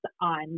on